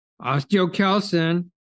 Osteocalcin